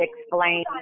explain